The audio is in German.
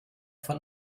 von